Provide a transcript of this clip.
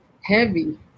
heavy